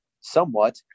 Somewhat